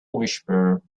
whisperer